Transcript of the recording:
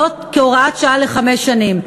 וזאת כהוראת שעה לחמש שנים.